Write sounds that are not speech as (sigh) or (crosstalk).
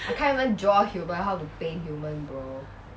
(breath)